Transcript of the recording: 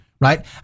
right